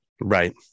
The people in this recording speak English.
Right